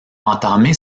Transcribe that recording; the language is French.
entamé